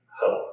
Health